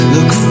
Look